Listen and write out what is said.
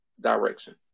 direction